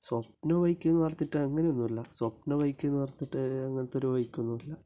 സ്വപ്ന ബൈക്കെന്ന് പറഞ്ഞിട്ട് അങ്ങനെ ഒന്നുമില്ല സ്വപ്ന ബൈക്കെന്ന് പറഞ്ഞിട്ട് അങ്ങനെത്തൊരു ബൈക്കൊന്നുമില്ല